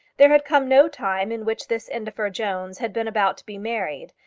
there had come no time in which this indefer jones had been about to be married,